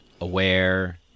aware